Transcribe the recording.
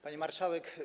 Pani Marszałek!